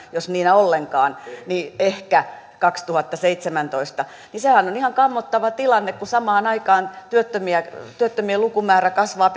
jos ollenkaan ehkä kaksituhattaseitsemäntoista niin sehän on ihan kammottava tilanne kun samaan aikaan työttömien lukumäärä kasvaa